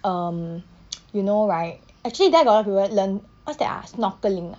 um you know right actually there got a lot of people learn what's that ah snorkeling ah